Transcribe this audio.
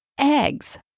eggs